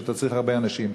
ושאתה צריך הרבה אנשים.